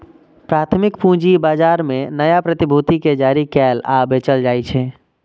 प्राथमिक पूंजी बाजार मे नया प्रतिभूति कें जारी कैल आ बेचल जाइ छै